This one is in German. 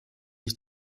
ich